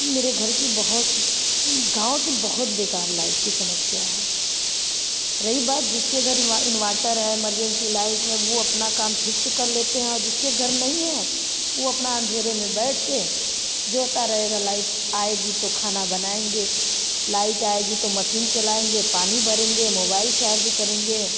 मेरे घर की बहुत ही गाँव की बहोत बेकार लाइट की समस्या है रही बात जिसके घर इन्वाटर है मरजेंसी लाइट है वो अपना काम ठीक से कर लेते हैं और जिसके घर नहीं हैं वो अपना अंधेरे में बैठ कर जोहता रहेगा लाइट आएगी तो खाना बनाएँगे लाइट आएगी तो मसीन चलाएँगे पानी भरेंगे मोबाइल चार्ज करेंगे